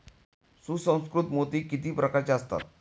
सुसंस्कृत मोती किती प्रकारचे असतात?